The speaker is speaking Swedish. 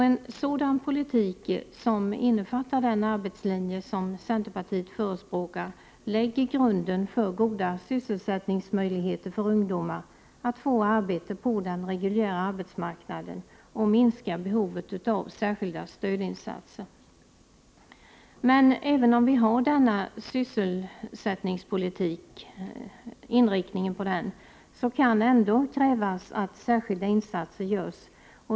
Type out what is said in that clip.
En sådan politik, som innefattar den arbetslinje som centerpartiet förespråkar, lägger grunden för goda sysselsättningsmöjligheter för ungdomar att få arbete på den reguljära arbetsmarknaden och minskar behovet av särskilda stödinsatser. Men även om vi har denna sysselsättningspolitiska inriktning kan det ändå krävas att särskilda insatser görs.